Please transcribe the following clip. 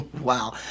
wow